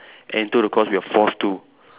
and to the course we are forced to